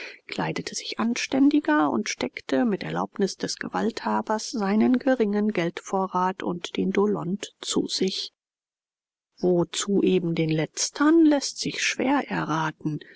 kleidete sich anständiger und steckte mit erlaubnis des gewalthabers seinen geringen geldvorrat und den dollond zu sich wozu eben den letztern läßt sich schwer erraten